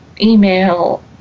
email